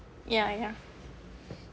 yeah yeah